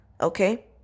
okay